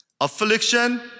affliction